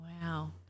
Wow